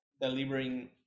delivering